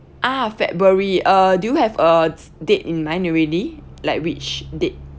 ah february uh do you have uh date in mind already like which date